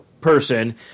person